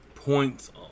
points